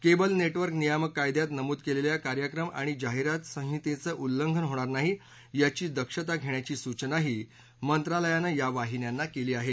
cable network नियामक कायद्यात नमूद केलेल्या कार्यक्रम आणि जाहीरात संहितेचं उल्लंघन होणार नाही याची दक्षता घेण्याची सूचनाही मंत्रालयानं या वाहिन्यांना केली आहे